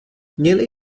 měli